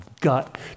gut